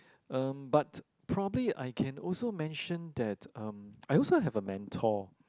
um but probably I can also mention that um I also have a mentor